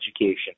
education